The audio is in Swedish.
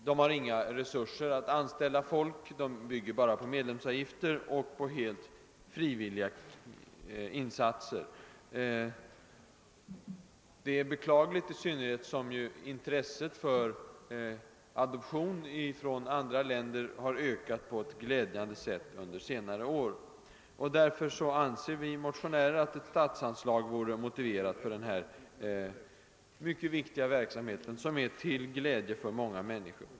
Den har inga resurser att anställa personal, utan får lita till fri villiga arbetsinsatser. Eftersom intresset för adoption av barn från andra länder har ökat på ett glädjande sätt under senare år anser vi motionärer att ett statsanslag vore motiverat för denna mycket viktiga verksamhet, som är till glädje för många människor.